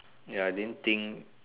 ya I didn't think